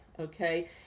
okay